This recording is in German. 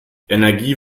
energie